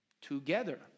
together